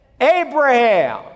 Abraham